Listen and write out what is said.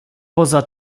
poza